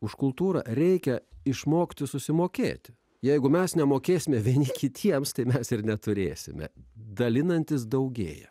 už kultūrą reikia išmokti susimokėti jeigu mes nemokėsime vieni kitiems tai mes ir neturėsime dalinantis daugėja